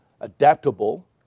adaptable